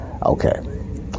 Okay